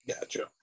Gotcha